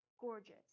gorgeous